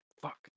fuck